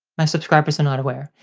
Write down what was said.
my subscribers are not aware,